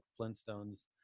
flintstones